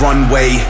Runway